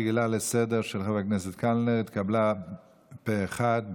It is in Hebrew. ההצעה הרגילה לסדר-היום של חבר הכנסת קלנר התקבלה פה אחד.